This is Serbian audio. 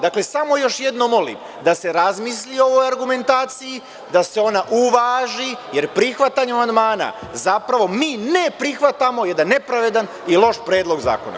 Dakle, samo još jednom molim da se razmisli o ovoj argumentaciji, da se ona uvaži, jer prihvatanjem amandmana zapravo mi ne prihvatamo jedan nepravedan i loš predlog zakona.